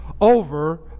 over